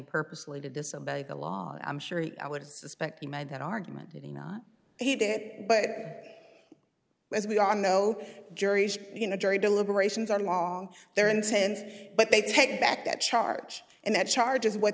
purposely to disobey the law i'm sure i would suspect you made that argument you know he did it but as we are no juries you know jury deliberations are long they're intense but they take back that charge and that charge is what